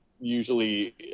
usually